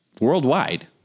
worldwide